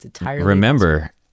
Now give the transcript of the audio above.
remember